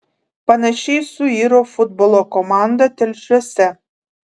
panašiai suiro futbolo komanda telšiuose